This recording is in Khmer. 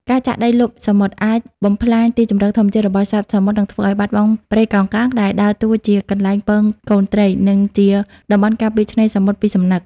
ការចាក់ដីលុបសមុទ្រ អាចបំផ្លាញទីជម្រកធម្មជាតិរបស់សត្វសមុទ្រ និងធ្វើឲ្យបាត់បង់ព្រៃកោងកាង ដែលដើរតួជាកន្លែងពងកូនត្រី និងជាតំបន់ការពារឆ្នេរសមុទ្រពីសំណឹក។